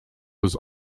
was